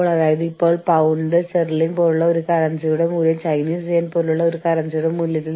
തൊഴിൽ രീതികൾ ഓഡിറ്റ് ചെയ്യുന്നതിന് ആന്തരികമോ ബാഹ്യമോ ആയ മോണിറ്ററുകളുടെ ഉപയോഗം